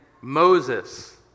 Moses